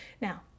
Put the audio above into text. Now